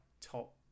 top